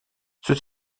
ceux